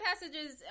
passages